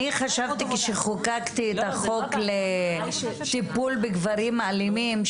אני חשבתי כשחוקקתי את החוק לטיפול בגברים אלימים,